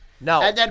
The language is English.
No